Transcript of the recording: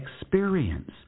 experience